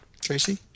Tracy